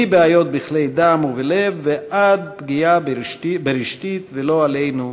מבעיות בכלי דם ובלב ועד פגיעה ברשתית, ולא עלינו,